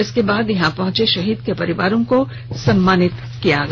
इसके बाद यहां पहुंचे शहीद के परिवारों को सम्मानित किया गया